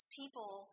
people